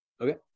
Okay